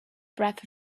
breath